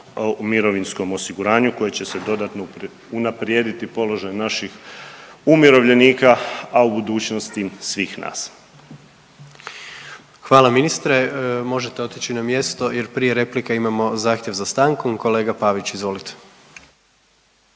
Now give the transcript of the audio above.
mirovinskom osiguranju koji će se dodatno unaprijediti položaju naših umirovljenika, a u budućnosti svih nas. **Jandroković, Gordan (HDZ)** Hvala ministre. Možete otići na mjesto jer prije replika imamo zahtjev za stankom, kolega Pavić izvolite.